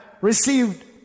received